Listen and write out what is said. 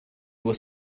was